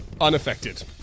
Unaffected